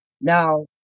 Now